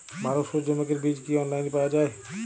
ভালো সূর্যমুখির বীজ কি অনলাইনে পাওয়া যায়?